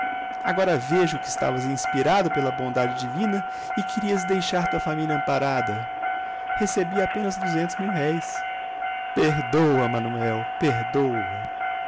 agora vejo que estavas inspirado pela bondade divina e querias deixar tua família amparada recebi apenas duzentos mil-réis perdoa manuel perdoa